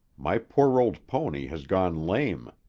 my poor old pony has gone lame.